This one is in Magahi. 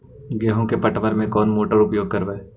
गेंहू के पटवन में कौन मोटर उपयोग करवय?